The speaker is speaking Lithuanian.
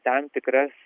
tam tikras